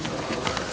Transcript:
Hvala.